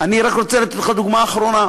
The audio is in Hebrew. אני רק רוצה לתת לך דוגמה אחרונה,